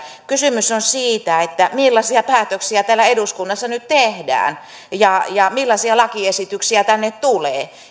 kysymys on siitä millaisia päätöksiä täällä eduskunnassa nyt tehdään ja ja millaisia lakiesityksiä tänne tulee